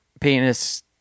penis